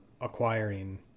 acquiring